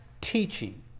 teaching